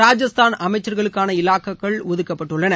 ராஜஸ்தான் அமைச்சர்களுக்கான இலாக்காக்கள் ஒதுக்கப்பட்டுள்ளன